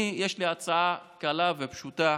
יש לי הצעה קלה ופשוטה